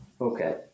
Okay